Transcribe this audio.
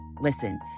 listen